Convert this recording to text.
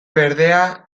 berdea